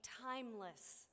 timeless